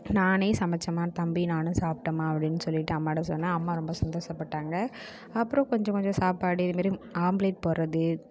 நானே சமைச்சேன் மா தம்பியும் நானும் சாப்பிட்டோம்மா அப்படின்னு சொல்லிட்டு அம்மாகிட்ட சொன்னேன் அம்மா ரொம்ப சந்தோஷப்பட்டாங்க அப்புறம் கொஞ்சம் கொஞ்சம் சாப்பாடு இது மாதிரி ஆம்ப்லேட் போடுறது